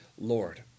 Lord